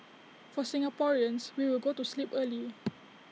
for Singaporeans we will go to sleep early